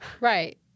Right